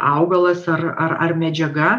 augalas ar ar ar medžiaga